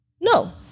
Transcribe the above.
No